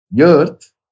Earth